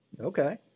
Okay